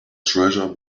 treasure